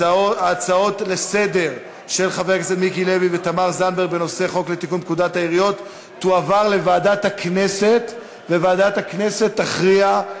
להצעות לסדר-היום ולהעביר את הנושא לוועדה שתקבע ועדת הכנסת נתקבלה.